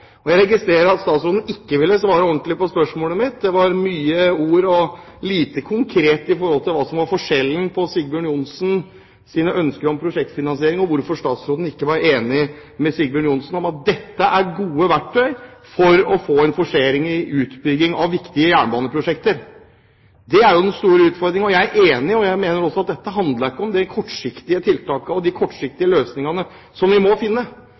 Jeg registrerer at statsråden ikke ville svare ordentlig på spørsmålet mitt. Det var mye ord og lite konkret om hva som var forskjellen på Sigbjørn Johnsens ønsker om prosjektfinansiering og hennes, og hvorfor statsråden ikke var enig med Sigbjørn Johnsen i at dette er gode verktøy for å få en forsering i utbyggingen av viktige jernbaneprosjekter. Det er jo den store utfordringen. Jeg er enig i – og jeg mener også – at det ikke handler om de kortsiktige tiltakene og de kortsiktige løsningene som vi må finne,